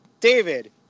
David